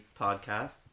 podcast